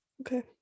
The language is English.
okay